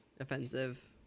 Offensive